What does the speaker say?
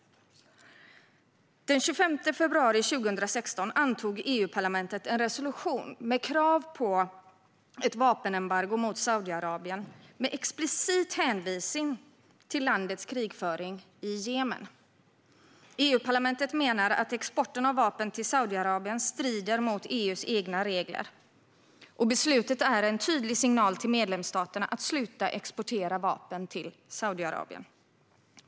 Den 25 februari 2016 antog EU-parlamentet en resolution med krav på ett vapenembargo mot Saudiarabien med explicit hänvisning till landets krigföring i Jemen. EU-parlamentet menar att exporten av vapen till Saudiarabien strider mot EU:s egna regler. Beslutet är en tydlig signal till medlemsstaterna att sluta exportera vapen till Saudiarabien.